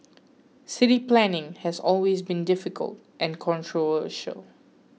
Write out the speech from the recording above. city planning has always been difficult and controversial